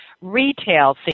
retail